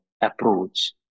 approach